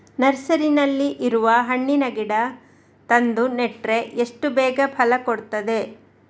ನರ್ಸರಿನಲ್ಲಿ ಇರುವ ಹಣ್ಣಿನ ಗಿಡ ತಂದು ನೆಟ್ರೆ ಎಷ್ಟು ಬೇಗ ಫಲ ಕೊಡ್ತದೆ